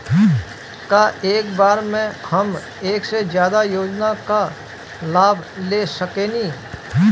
का एक बार में हम एक से ज्यादा योजना का लाभ ले सकेनी?